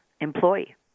employee